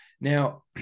Now